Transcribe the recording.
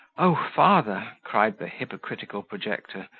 o father! cried the hypocritical projector,